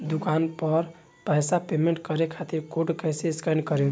दूकान पर पैसा पेमेंट करे खातिर कोड कैसे स्कैन करेम?